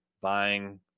buying